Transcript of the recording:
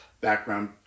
background